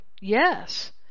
yes